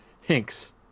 Hinks